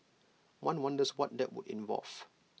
one wonders what that would involve